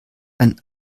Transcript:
ein